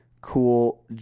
cool